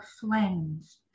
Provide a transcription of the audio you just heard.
flames